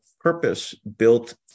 purpose-built